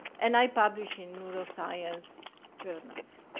and i publish in neuroscience journals.